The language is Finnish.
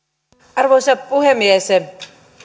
arvoisa puhemies